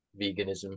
veganism